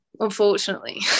Unfortunately